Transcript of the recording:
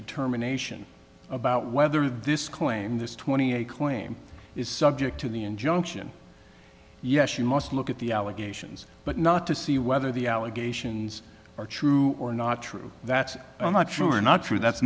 determination about whether this claim this twenty a claim is subject to the injunction yes you must look at the allegations but not to see whether the allegations are true or not true that's not true or not true that's